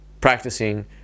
practicing